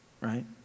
right